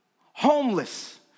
Homeless